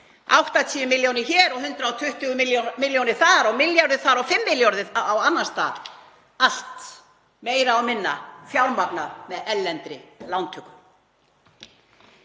80 milljónir hér og 120 milljónir þar og milljarður og 5 milljarðar á annan stað; allt meira og minna fjármagnað með erlendri lántöku.